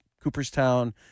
Cooperstown